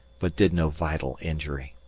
but did no vital injury.